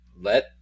let